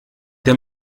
der